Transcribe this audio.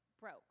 broke